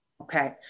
Okay